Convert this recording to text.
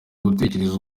gutekereza